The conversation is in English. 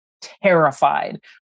terrified